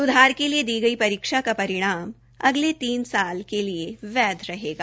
सुधार के लिए दी गई परीक्षा का परिणम अगले तीन साल के लिए वैध रहेगा